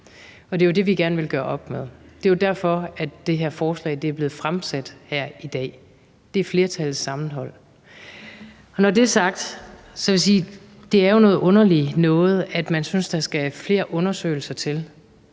det er det, vi gerne vil gøre op med. Det er jo derfor, at det her forslag er blevet fremsat og behandles her i dag – det er flertallets sammenhold. Når det er sagt, vil jeg sige, at det er noget underligt noget, at man synes, der skal flere undersøgelser til.